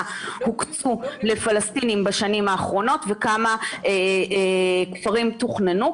הוקצו לפלסטינים בשנים האחרונות וכמה כפרים תוכננו,